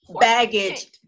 baggage